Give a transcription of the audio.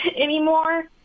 anymore